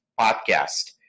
Podcast